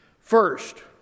First